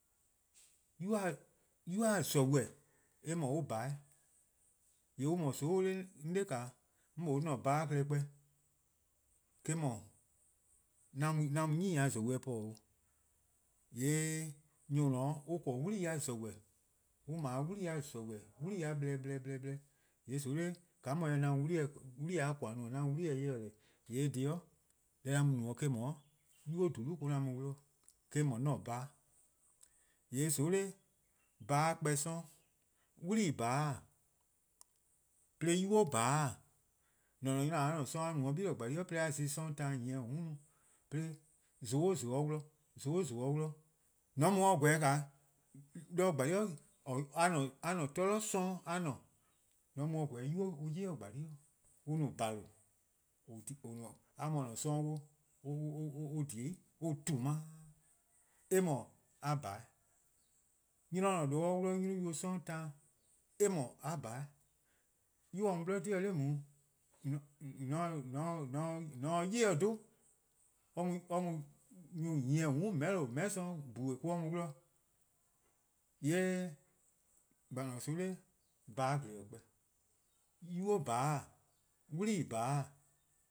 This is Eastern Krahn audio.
'nynuu:-a :zorweh: eh 'dhu on bhan. :yee' on :mor :soon' on 'da, 'on :dae', 'an bhan-a klehkpeh, eh-: 'dhu 'an mu gehn :dhulu'po 'o. :yee' nyor+ :noo' 'ble 'wlii-a :zorweh:, on ble 'wlii-a :zorweh:, 'wli-a blor+ blor+ blor+. :yee' :soon' 'da, eh :se 'an mu 'wli-eh-a :koan: no 'on 'ye 'wli-eh 'ye :deh, :yee' eh-' dhih deh 'an mu-a no eh-: 'dhu 'nynuu: :dhulu' mo-: 'an mu 'wluh-' eh-: no 'an-a' bhan-a'. :yee' :soon' 'da bhan-a' 'dlu+ 'kpor+ 'sororn'. 'Wlii :bhan-: 'dekorn: 'nynuu: :bhan-:. Mor-: 'dekorn: 'an-a' 'nynor-: :mor a mu 'de gle :gbalie: 'i 'de a 'ye zon+ 'sororn' taan nyieh :mm' no, 'de zon 'o zon or 'wluh 'yu, zon 'o zon or 'wluh 'yu, :mor :an mu pobo 'o, 'de :gbalie: 'i a :ne-a 'sororn' zama a :ne-a, :mor :an mu pobo-' :yee' 'nynuu: 'yi 'o :gbalie: 'i 'weh on no :bhalu:. a :mor :or :ne-a 'sororn :dee on :dhiei' an :dhumaa', eh :mor a bhan. 'nynor :or :ne-a :due' or 'wluh 'nynor+-kpao+-nynuu' 'sororn' taan, eh :mor a bhan. 'Yu or mu 'bli 'ti-' 'de nae' :mor :on se 'o 'yli-eh 'dhu, or mu nyor+ nyieh :mm' :meheh'lo :meheh' 'sorn :dhue' mo-: or mu 'wluh. :yee' :gbano: :soon' 'da, bhan :gleh-dih: 'kpor+, 'nynuu-bhan-: 'wlii-bhan-:.